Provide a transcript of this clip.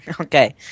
Okay